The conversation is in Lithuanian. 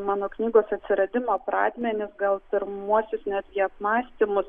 mano knygos atsiradimo pradmenis gal pirmuosius netgi apmąstymus